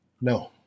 No